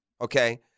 Okay